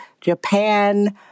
Japan